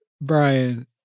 Brian